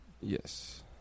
Yes